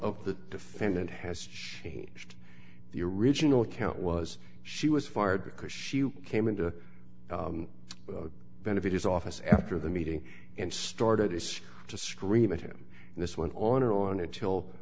of the defendant has changed the original account was she was fired because she came in to benefit his office after the meeting and started to scream at him and this went on and on